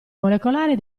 molecolare